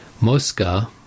Mosca